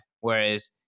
whereas